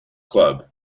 club